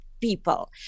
people